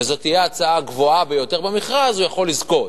וזאת תהיה ההצעה הגבוהה ביותר במכרז, יכול לזכות.